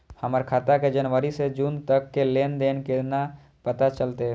हमर खाता के जनवरी से जून तक के लेन देन केना पता चलते?